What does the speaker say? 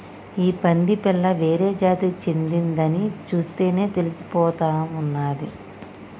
ఈ పంది పిల్ల వేరే జాతికి చెందిందని చూస్తేనే తెలిసిపోతా ఉన్నాది